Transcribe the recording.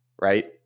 right